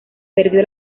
perdió